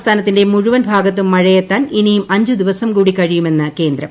സംസ്ഥാനത്തിന്റെ മുഴുവൻ ഭാഗത്തും മഴയെത്താൻ ഇനിയും അഞ്ച് ദിവസം കൂടി കഴിയുമെന്ന് കേന്ദ്രം